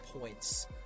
points